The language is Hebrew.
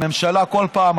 הממשלה כל פעם,